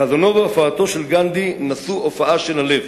חזונו והופעתו של גנדי נשאו הופעה של הלב,